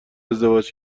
ازدواج